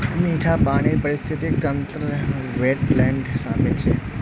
मीठा पानीर पारिस्थितिक तंत्रत वेट्लैन्ड शामिल छ